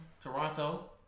Toronto